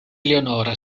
leonora